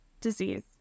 disease